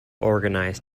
organized